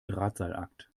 drahtseilakt